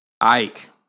Ike